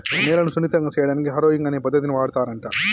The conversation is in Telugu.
నేలను సున్నితంగా సేయడానికి హారొయింగ్ అనే పద్దతిని వాడుతారంట